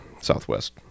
southwest